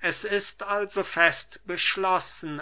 es ist also fest beschlossen